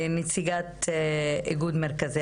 לנציגת איגוד מרכזי